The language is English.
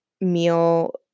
meal